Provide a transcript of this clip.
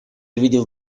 видел